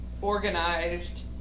organized